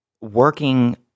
working